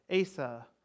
Asa